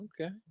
okay